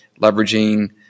leveraging